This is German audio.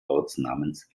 ortsnamens